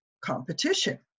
competition